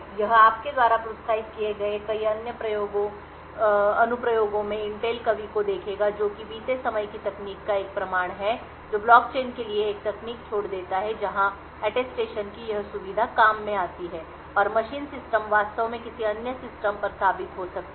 यह आपके द्वारा प्रोत्साहित किए गए कई अनुप्रयोगों में इंटेल कवि को देखेगा जो कि बीते समय की तकनीक का एक प्रमाण है जो ब्लॉक चेन के लिए एक तकनीक छोड़ देता है जहां अटेस्टेशन की यह सुविधा काम में आती है और मशीन सिस्टम वास्तव में किसी अन्य सिस्टम पर साबित हो सकता है